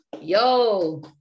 yo